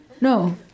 No